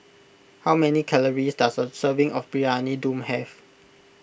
how many calories does a serving of Briyani Dum have